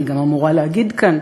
אני גם אמורה להגיד כאן,